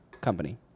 Company